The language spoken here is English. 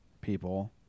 people